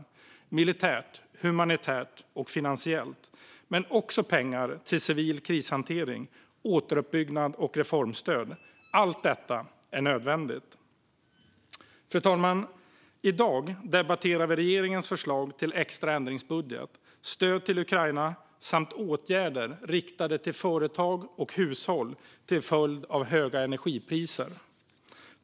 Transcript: Det har varit militärt, humanitärt och finansiellt stöd men också pengar till civil krishantering, återuppbyggnad och reformstöd. Allt detta är nödvändigt. Fru talman! I dag debatterar vi regeringens förslag till extra ändringsbudget, stöd till Ukraina samt åtgärder riktade till företag och hushåll till följd av höga energipriser.